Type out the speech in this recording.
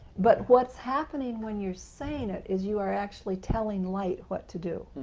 but what's happening when you are saying it is you are actually telling light what to do.